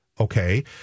Okay